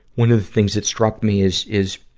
one of the things that struck me is, is,